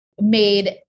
made